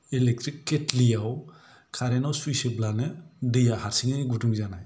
electric kettle याव current आव switch होब्लानो दैया हारसिङै गुदुं जानाय